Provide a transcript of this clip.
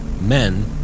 men